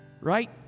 Right